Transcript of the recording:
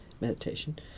meditation